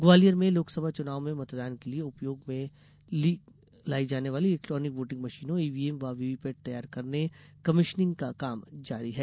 ग्वालियर में लोकसभा चुनाव में मतदान के लिये उपयोग में लाई जाने वाली इलेक्ट्रोनिक वोटिंग मशीनों ईवीएम व वीवीपैट तैयार करने कमीशनिंग का काम जारी है